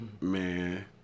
Man